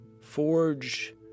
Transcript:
Forge